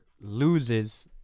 loses